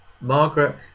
Margaret